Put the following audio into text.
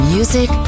Music